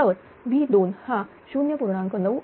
तर V2 हा 0